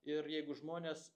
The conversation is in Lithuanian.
ir jeigu žmonės